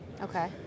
okay